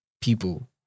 people